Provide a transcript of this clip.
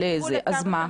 אז מה?